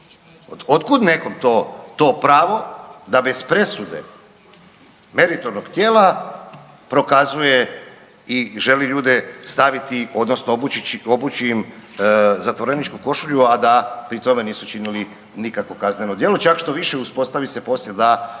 Otkud nekom to, to pravo da bez presude meritornog tijela prokazuje i želi ljude staviti odnosno obući im zatvoreničku košulju, a da pri tome nisu činili nikakvo kazneno djelo, čak štoviše uspostavi se poslije da,